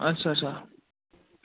अच्छा अच्छा